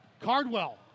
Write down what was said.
Cardwell